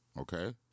okay